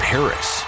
Paris